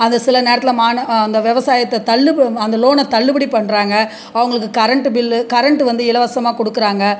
அது சில நேரத்தில் மனு அந்த விவசாயத்த தள்ளுப அந்த லோனை தள்ளுபடி பண்ணுறாங்க அவங்களுக்கு கரண்ட்டு பில்லு கரண்ட்டு வந்து இலவசமாக கொடுக்குறாங்க